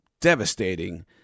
devastating